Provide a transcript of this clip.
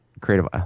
creative